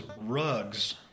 rugs